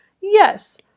Yes